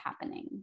happening